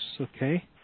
okay